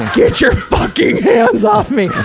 get your fucking hands off me!